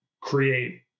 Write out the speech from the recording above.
create